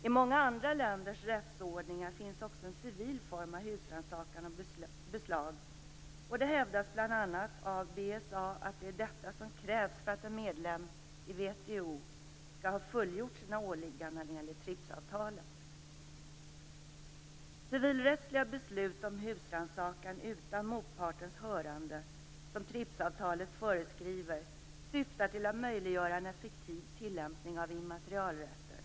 I många andra länders rättsordningar finns också en civil form av husrannsakan och beslag, och det hävdas bl.a. av BSA att det är detta som krävs för att en medlem i WTO skall ha fullgjort sina åligganden enligt TRIPS-avtalet. Civilrättsliga beslut om husrannsakan utan motpartens hörande, som TRIPS-avtalet föreskriver, syftar till att möjliggöra en effektiv tillämpning av immaterialrätter.